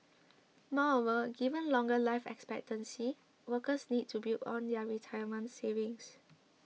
moreover given longer life expectancy workers need to build on their retirement savings